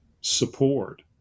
support